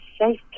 safe